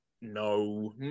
No